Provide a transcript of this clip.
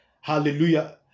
Hallelujah